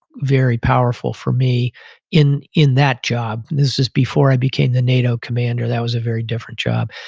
very powerful for me in in that job. and this is before i became the nato commander. that was a very different job.